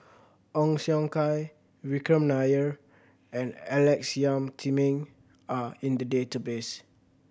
Ong Siong Kai Vikram Nair and Alex Yam Ziming are in the database